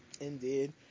Indeed